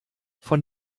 von